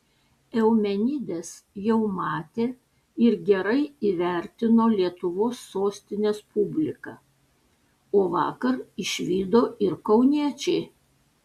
eumenides jau matė ir gerai įvertino lietuvos sostinės publika o vakar išvydo ir kauniečiai